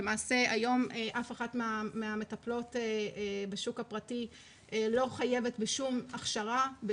למעשה היום אף אחת מהמטפלות בשוק הפרטי לא חייבת בשום הכשרה,